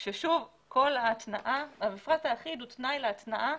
כששוב, המפרט האחיד הוא תנאי להתנעה